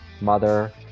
mother